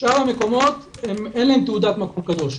לשאר המקומות אין תעודת מקום קדוש.